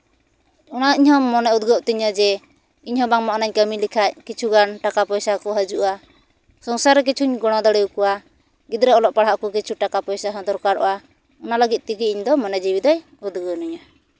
ᱚᱱᱟ ᱤᱧᱟᱹᱜ ᱢᱚᱱᱮ ᱩᱫᱽᱜᱟᱹᱜ ᱛᱤᱧᱟᱹ ᱡᱮ ᱤᱧᱦᱚᱸ ᱵᱟᱝᱢᱟ ᱚᱱᱟᱧ ᱠᱟᱹᱢᱤ ᱞᱮᱠᱷᱟᱡ ᱠᱤᱪᱷᱩᱜᱟᱱ ᱴᱟᱠᱟ ᱯᱚᱭᱥᱟ ᱠᱚ ᱦᱤᱡᱩᱜᱼᱟ ᱥᱚᱝᱥᱟᱨ ᱨᱮ ᱠᱤᱪᱷᱩᱧ ᱜᱚᱲᱚ ᱫᱟᱲᱮ ᱟᱠᱚᱣᱟ ᱜᱤᱫᱽᱨᱟᱹ ᱚᱞᱚᱜ ᱯᱟᱲᱦᱟᱜ ᱦᱚᱸ ᱠᱤᱪᱷᱩ ᱴᱟᱠᱟ ᱯᱚᱭᱥᱟ ᱦᱚᱸ ᱫᱚᱨᱠᱟᱨᱚᱜᱼᱟ ᱚᱱᱟ ᱞᱟᱹᱜᱤᱫ ᱛᱮᱜᱮ ᱤᱧᱫᱚ ᱢᱚᱱᱮ ᱡᱤᱣᱤ ᱫᱚᱭ ᱩᱫᱽᱜᱟᱹᱣ ᱤᱧᱟ